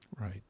Right